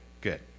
good